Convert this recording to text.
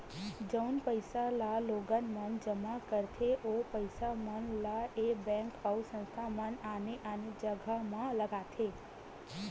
जउन पइसा ल लोगन मन जमा करथे ओ पइसा मन ल ऐ बेंक अउ संस्था मन आने आने जघा म लगाथे